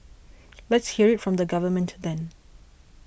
let's hear it from the government then